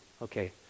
Okay